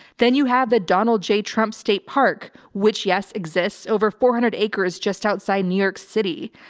then you have the donald j. trump state park, which yes, exists over four hundred acres just outside new york city.